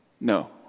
No